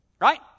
right